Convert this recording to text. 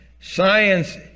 Science